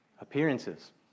appearances